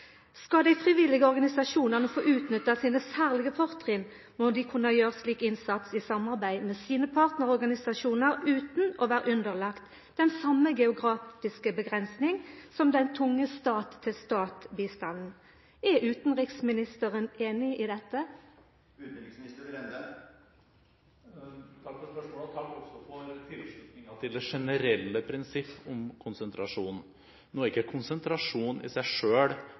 Skal dei frivillige organisasjonane få utnytta sine særlege fortrinn, må dei kunna gjera slik innsats i samarbeid med sine partnarorganisasjonar utan å vera underlagde den same geografiske avgrensing som den tunge stat-til-stat-bistanden. Er utanriksministeren einig i dette? Takk for spørsmålet og takk også for tilslutningen til det generelle prinsipp om konsentrasjon. Nå er ikke konsentrasjon i seg